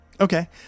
Okay